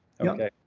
Okay